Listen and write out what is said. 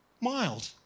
Mild